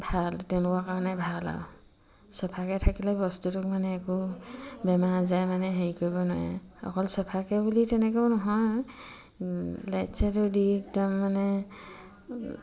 ভাল তেনেকুৱা কাৰণে ভাল আৰু চাফাকৈ থাকিলে বস্তুটোক মানে একো বেমাৰ আজাৰে মানে হেৰি কৰিব নোৱাৰে অকল চাফাকৈ বুলি তেনেকৈও নহয় লাইট চাইটো দি একদম মানে